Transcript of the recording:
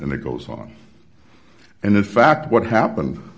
and it goes on and in fact what happened